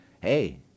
Hey